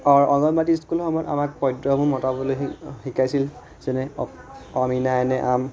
অঁ অংগনবাদী স্কুলসমূহত আমাক পদ্য মতাবলৈ শিকাইছিল যেনে আমিনাই আনে আম